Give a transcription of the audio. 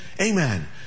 amen